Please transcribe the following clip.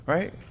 Right